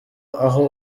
aho